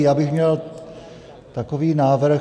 Já bych měl takový návrh.